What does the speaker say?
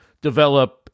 develop